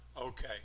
Okay